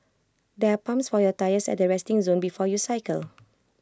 there are pumps for your tyres at the resting zone before you cycle